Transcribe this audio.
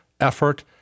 effort